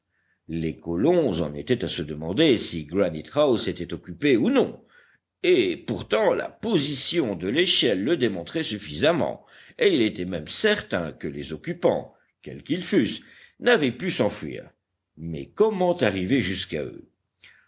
les colons en étaient à se demander si granite house était occupée ou non et pourtant la position de l'échelle le démontrait suffisamment et il était même certain que les occupants quels qu'ils fussent n'avaient pu s'enfuir mais comment arriver jusqu'à eux